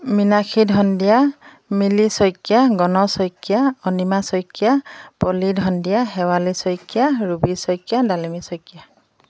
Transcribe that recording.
মিনাশী ধণ্ডিয়া মিলি শইকীয়া গণ শইকীয়া অনিমা শইকীয়া পলি ধণ্ডিয়া শেৱালী শইকীয়া ৰুবি শইকীয়া দালিমী শইকীয়া